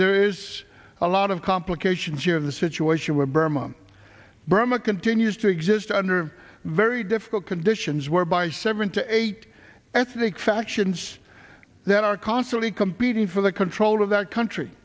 there is a lot of complications here the situation where burma burma continues to exist under very difficult conditions whereby seven to eight ethnic factions that are constantly competing for the control of that country